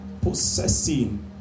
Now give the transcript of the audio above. possessing